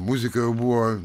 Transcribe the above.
muzika jau buvo